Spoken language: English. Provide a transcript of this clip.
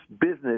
business